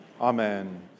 Amen